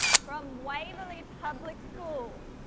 from waverley public school,